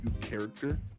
character